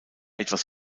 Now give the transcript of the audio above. etwas